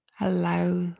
allow